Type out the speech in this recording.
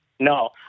no